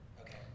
Okay